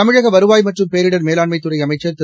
தமிழக வருவாய் மற்றும் பேரிடர் மேலாண்மைத் துறை அமைச்சர் திரு